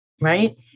Right